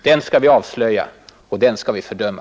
Den skall vi avslöja, och den skall vi fördöma.